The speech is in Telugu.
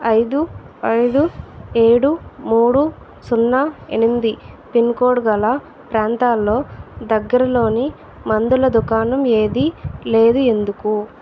ఐదు ఐదు ఏడు మూడు సున్నా ఎనిమిది పిన్కోడ్ గల ప్రాంతాల్లో దగ్గరలోని మందుల దుకాణం ఏదీ లేదు ఎందుకు